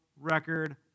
record